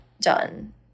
done